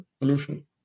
solution